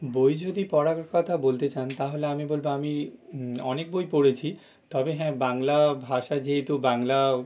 বই যদি পড়ার কথা বলতে চান তাহলে আমি বলবো আমি অনেক বই পড়েছি তবে হ্যাঁ বাংলা ভাষা যেহেতু বাংলা